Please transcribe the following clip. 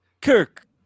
Kirk